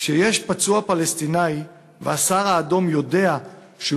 כשיש פצוע פלסטיני והסהר האדום יודע שהוא